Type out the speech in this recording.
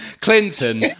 Clinton